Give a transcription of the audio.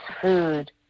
food